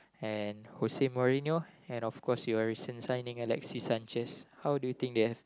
and Jose-Mourinho had of course your recent signing Alexis-Sanchez how do you think they have